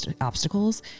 obstacles